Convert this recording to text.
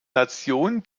nation